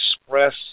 express